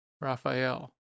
Raphael